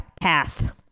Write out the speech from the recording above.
path